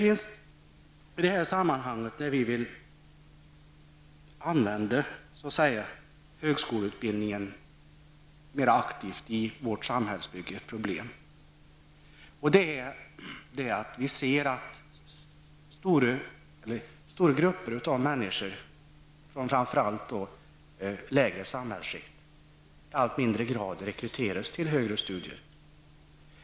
I det här sammanhanget vill vi använda högskoleutbildningen mer aktivt i samhällsbygget. Men ett problem i detta sammanhang är att stora grupper av människor från framför allt lägre samhällsskikt i allt mindre grad rekryteras till högre studier.